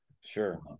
Sure